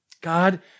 God